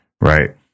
right